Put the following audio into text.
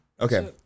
Okay